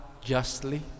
justly